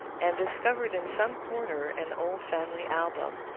and discovered in some corner an old family album,